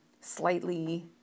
slightly